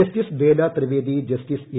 justice Bela Trivedi justice A